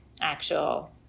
actual